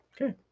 okay